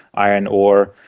iron ore,